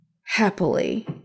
happily